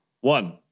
One